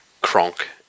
Kronk